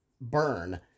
burn